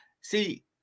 See